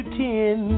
ten